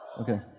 Okay